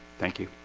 thank you